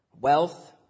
wealth